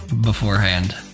Beforehand